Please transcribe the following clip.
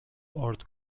ارد